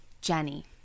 Jenny